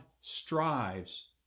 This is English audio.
strives